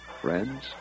Friends